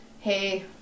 hey